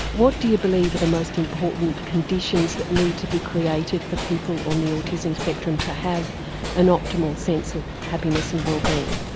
what you believe are the most important conditions that need to be created for people on the autism spectrum to have an optimal sense of happiness and well-being?